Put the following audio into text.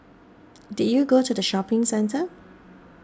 did you go to the shopping centre